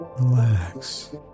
relax